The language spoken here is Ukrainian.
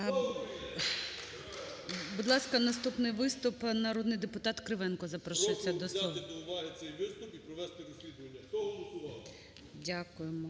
Будь ласка, наступний виступ – народний депутат Кривенко запрошується до слова.